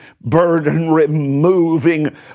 burden-removing